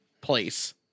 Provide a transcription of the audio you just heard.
place